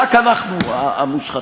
רק אנחנו המושחתים.